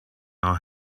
our